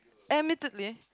admittedly